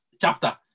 chapter